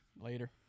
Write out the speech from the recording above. Later